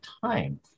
time